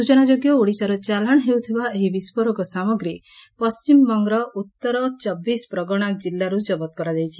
ସ୍ଚନାଯୋଗ୍ ଓଡ଼ିଶାରୁ ଚାଲାଣ ହେଉଥିବା ଏହି ବିସ୍କୋରକ ସାମଗ୍ରୀ ପଣ୍ଟିମବଙ୍ଗର ଉତ୍ତର ଚବିଶପ୍ରଗଶା ଜିଲ୍ଲାରୁ କବତ କରାଯାଇଛି